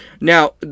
Now